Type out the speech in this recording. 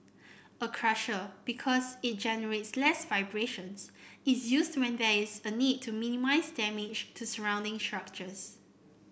a crusher because it generates less vibrations is used when there is a need to minimise damage to surrounding structures